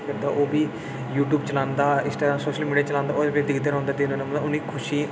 ओह् बी YouTube चलांदा इंस्टाग्राम सोशल मीडिया चलांदा ओह् बी दिक्खदा रौंह्दा दिक्खदा रौंह्दा उसी खुशी